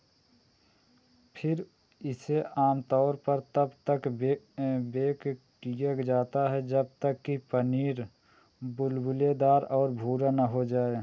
फिर इसे आम तौर पर तब तक बेक किया जाता है जब तक कि पनीर बुलबुलेदार और भूरा न हो जाए